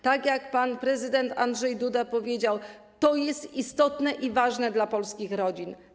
Tak jak pan prezydent Andrzej Duda powiedział, to jest istotne i ważne dla polskich rodzin.